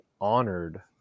honored